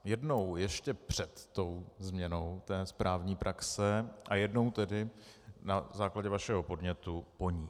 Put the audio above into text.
Jednou ještě před změnou té správní praxe a jednou na základě vašeho podnětu po ní.